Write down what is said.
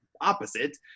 opposite